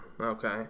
okay